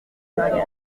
mariage